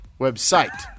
website